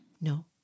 No